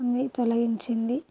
అన్నీ తొలగించింది